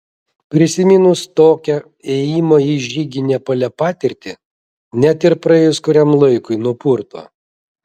prisiminus tokią ėjimo į žygį nepale patirtį net ir praėjus kuriam laikui nupurto